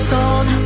Sold